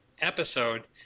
episode